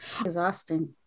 Exhausting